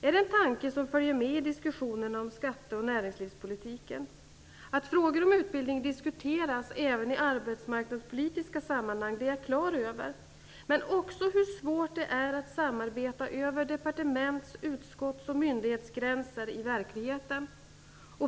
Är det en tanke som följer med i diskussionerna om skatte och näringslivspolitiken? Att frågor om utbildning diskuteras även i arbetsmarknadspolitiska sammanhang är jag klar över, men också hur svårt det är att samarbeta över departements-, utskotts och myndighetsgränser i verkligheten.